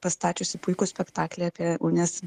pastačiusi puikų spektaklį apie unės